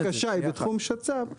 אם הבקשה היא בתחום שצ"פ,